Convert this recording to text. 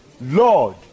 Lord